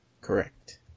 Correct